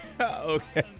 Okay